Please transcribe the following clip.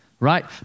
Right